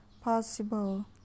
possible